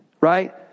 Right